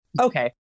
Okay